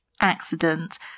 accident